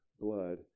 blood